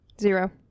Zero